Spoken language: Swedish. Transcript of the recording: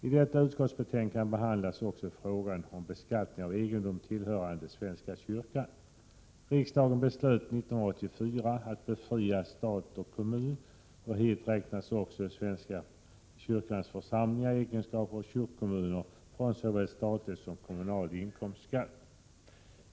I detta utskottsbetänkande behandlas också frågan om beskattning av egendom tillhörande svenska kyrkan. Riksdagen beslöt år 1984 att befria stat och kommun, till dessa räknas också svenska kyrkans församlingar i deras egenskap av kyrkliga kommuner, från såväl statlig som kommunal inkomstskatt.